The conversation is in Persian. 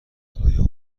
اقیانوسها